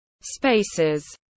spaces